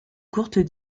courtes